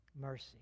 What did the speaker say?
mercy